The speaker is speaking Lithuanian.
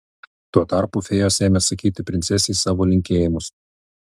tuo tarpu fėjos ėmė sakyti princesei savo linkėjimus